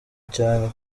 cyane